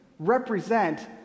represent